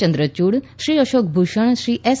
Chandrachud Shri Ashok Bhushan Shri S